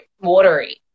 watery